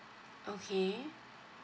okay